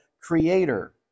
creator